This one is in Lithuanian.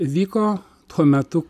vyko tuo metu